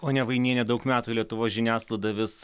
ponia vainiene daug metų lietuvos žiniasklaida vis